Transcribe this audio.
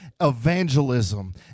evangelism